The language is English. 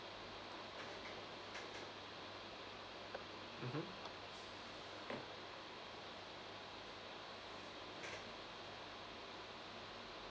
mmhmm